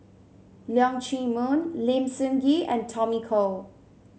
Leong Chee Mun Lim Sun Gee and Tommy Koh